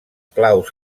claus